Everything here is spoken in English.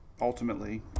ultimately